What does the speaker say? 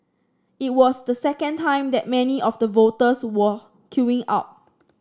it was the second time that many of the voters were queuing up